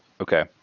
Okay